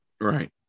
Right